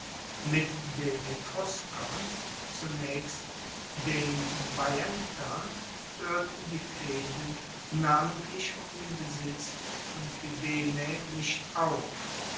mit den etruskern zunaechst den veientern hoerten die fehden namentlich um den besitz von fidenae nicht auf